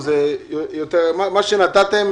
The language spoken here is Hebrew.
מה שנתתם,